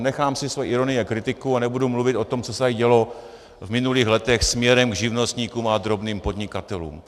Nechám si svoji ironii a kritiku a nebudu mluvit o tom, co se tady dělo v minulých letech směrem k živnostníkům a drobným podnikatelům.